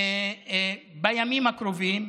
בימים הקרובים,